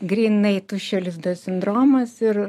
grynai tuščio lizdo sindromas ir